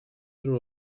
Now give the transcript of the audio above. their